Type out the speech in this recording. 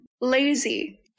lazy